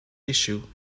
issue